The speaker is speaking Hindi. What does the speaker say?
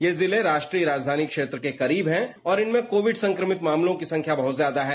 ये जिले राष्ट्रीय राजधानी क्षेत्र के करीब हैं और इनमें कोविड संक्रमित मामलों की संख्या बहुत ज्यादा है